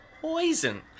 poison